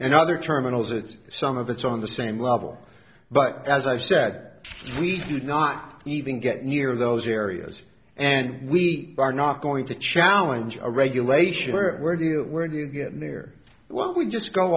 and other terminals that some of it's on the same level but as i've said we did not even get near those areas and we are not going to challenge our regulation where do where do you get near what we just go